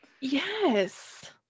Yes